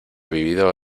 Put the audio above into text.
vivido